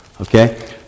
okay